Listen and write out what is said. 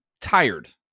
tired